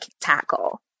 tackle